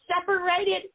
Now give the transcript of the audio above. separated